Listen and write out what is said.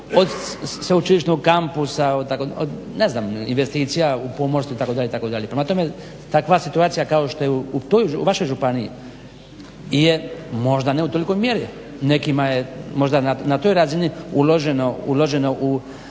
od sveučilišnog kampusa, investicija u pomorstvu itd., itd. Prema tome, takva situacija kao što je u vašoj županiji je možda ne u tolikoj mjeri, nekima je možda na toj razini uloženo u